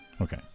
Okay